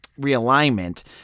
realignment